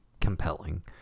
compelling